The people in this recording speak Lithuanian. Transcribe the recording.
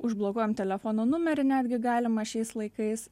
užblokuojam telefono numerį netgi galima šiais laikais